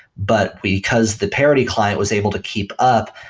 but because the parity client was able to keep up,